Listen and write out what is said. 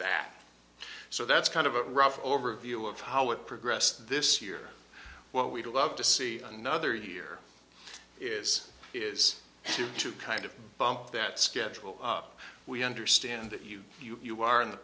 that so that's kind of a rough overview of how it progressed this year what we'd love to see another year is is to kind of bump that schedule up we understand that you you you are in the